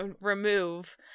remove